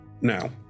Now